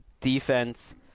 defense